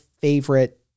favorite